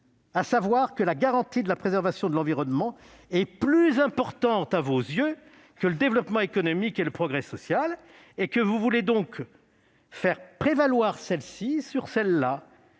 à savoir que la garantie de préservation de l'environnement est plus importante, à vos yeux, que le développement économique et le progrès social, et que vous voulez donc faire prévaloir celle-ci sur ceux-là.